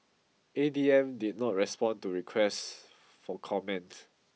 A D M did not respond to requests for comment